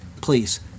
please